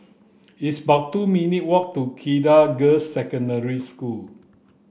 it's about two minutes' walk to Cedar Girls' Secondary School